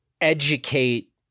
educate